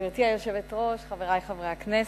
היושבת-ראש, חברי חברי הכנסת,